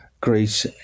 Greece